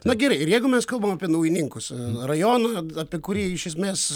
na gerai ir jeigu mes kalbam apie naujininkus rajoną apie kurį iš esmės